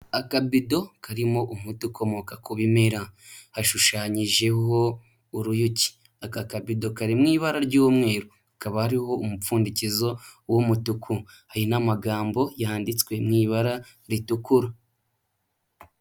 Akabido karimo umuti ukomoka ku bimera, hashushanyijeho uruyuki, aka kabido kari mu ibara ry'umweru, hakaba ariho umupfundikizo w'umutuku, hari n'amagambo yanditswe mu ibara ritukura.